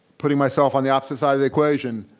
putting myself on the opposite site of the equation,